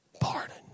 pardon